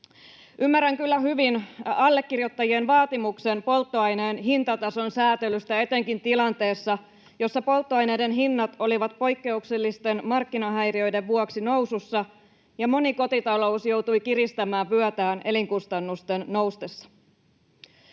Ymmärrän kyllä hyvin allekirjoittajien vaatimuksen polttoaineen hintatason säätelystä etenkin tilanteessa, jossa polttoaineiden hinnat olivat poikkeuksellisten markkinahäiriöiden vuoksi nousussa ja moni kotitalous joutui kiristämään vyötään elinkustannusten noustessa.